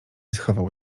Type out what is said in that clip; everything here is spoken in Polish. schował